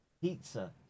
Pizza